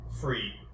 free